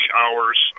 hours